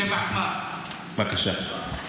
בבקשה.